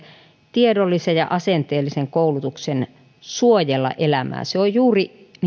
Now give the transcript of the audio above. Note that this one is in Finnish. tiedollisen ja asenteellisen koulutuksen suojella elämää se on juuri